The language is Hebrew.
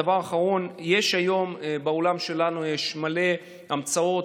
הדבר האחרון: יש היום בעולם שלנו מלא המצאות,